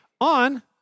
on